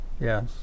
Yes